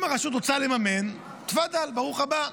אם הרשות רוצה לממן, תפדלי, ברוך הבא.